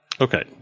Okay